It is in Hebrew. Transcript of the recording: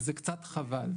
וזה קצת חבל.